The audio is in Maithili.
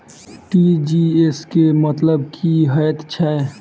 टी.जी.एस केँ मतलब की हएत छै?